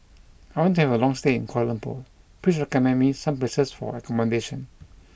I want to have a long stay in Kuala Lumpur please recommend me some places for accommodation